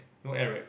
no air right